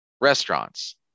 restaurants